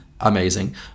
amazing